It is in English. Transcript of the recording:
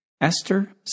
Esther